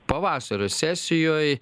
pavasario sesijoj